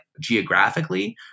geographically